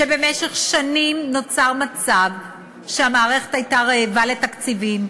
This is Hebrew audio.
במשך שנים נוצר מצב שהמערכת הייתה רעבה לתקציבים.